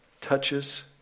touches